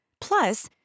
Plus